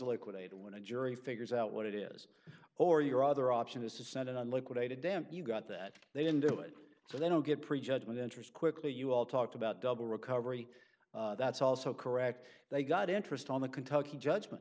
liquidated when a jury figures out what it is or your other option is to send and i liquidated them you got that they didn't do it so they don't get pre judgment interest quickly you all talked about double recovery that's also correct they got interest on the kentucky judgment